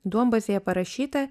duombazėje parašyta